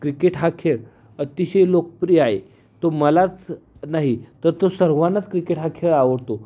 cricket हा खेळ अतिशय लोकप्रिय आहे तो मलाच नाही तर तो सर्वांनाच क्रिकेट हा खेळ आवडतो